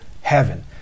heaven